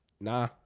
nah